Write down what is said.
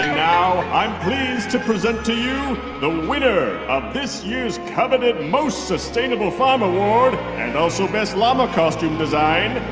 now i'm pleased to present to you the winner of this year's coveted most sustainable farm award and also best llama costume design